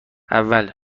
اول